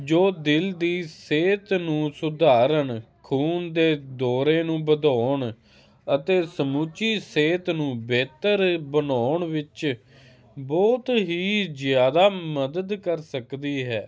ਜੋ ਦਿਲ ਦੀ ਸਿਹਤ ਨੂੰ ਸੁਧਾਰਨ ਖੂਨ ਦੇ ਦੌਰੇ ਨੂੰ ਵਧਾਉਣ ਅਤੇ ਸਮੁੱਚੀ ਸਿਹਤ ਨੂੰ ਬਿਹਤਰ ਬਣਾਉਣ ਵਿੱਚ ਬਹੁਤ ਹੀ ਜਿਆਦਾ ਮਦਦ ਕਰ ਸਕਦੀ ਹੈ